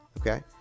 Okay